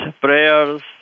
prayers